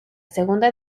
segunda